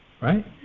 Right